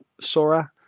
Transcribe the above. Sora